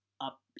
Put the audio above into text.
up